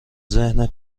ذهن